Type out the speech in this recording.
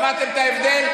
שמעתם את ההבדל?